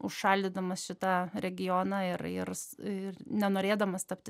užšaldydamas šitą regioną ir ir ir nenorėdamas tapti